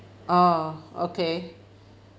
oh okay